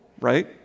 right